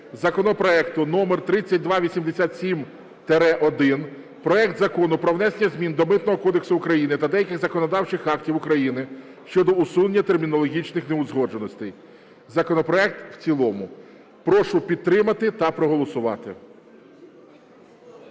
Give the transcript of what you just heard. законопроекту №3287-1: проект Закону про внесення змін до Митного кодексу України та деяких законодавчих актів України щодо усунення термінологічних неузгодженостей, законопроект в цілому. Прошу підтримати та проголосувати.